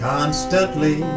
Constantly